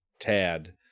Tad